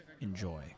enjoy